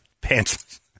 pants